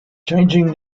changing